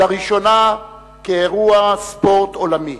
לראשונה כאירוע ספורט עולמי.